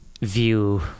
view